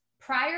prior